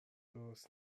درست